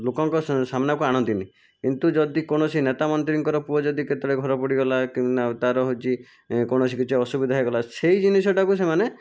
ଲୋକଙ୍କ ସାମ୍ନାକୁ ଆଣନ୍ତିନି କିନ୍ତୁ ଯଦି କୌଣସି ନେତା ମନ୍ତ୍ରୀଙ୍କର ପୁଅ ଯଦି କେତେବେଳେ ଘର ପୋଡ଼ିଗଲା ତାର ହେଉଛି କୌଣସି କିଛି ଅସୁବିଧା ହୋଇଗଲା ସେହି ଜିନିଷଟାକୁ ସେମାନେ